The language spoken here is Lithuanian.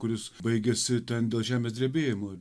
kuris baigiasi ten dėl žemės drebėjimo